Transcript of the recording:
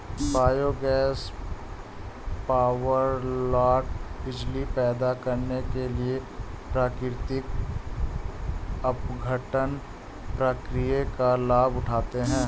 biogas power plant बिजली पैदा करने के लिए प्राकृतिक अपघटन प्रक्रिया का लाभ उठाते हैं